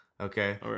Okay